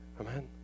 Amen